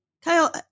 Kyle